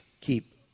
keep